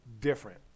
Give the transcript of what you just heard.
different